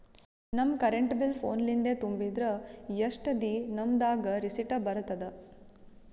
ನಮ್ current bill ಫೋನ ಲಿಂದೇ ತುಂಬಿದ್ರ, ಎಷ್ಟ ದಿ ನಮ್ ದಾಗ ರಿಸಿಟ ಬರತದ?